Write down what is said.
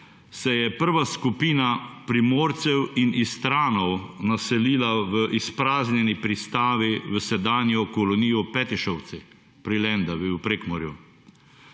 se je prva skupina Primorcev in Istranov naselila v izpraznjeni pristavi v sedanjo kolonijo v Petišovcih pri Lendavi v Prekmurju.